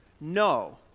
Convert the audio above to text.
No